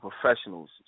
professionals